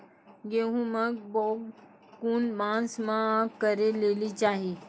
गेहूँमक बौग कून मांस मअ करै लेली चाही?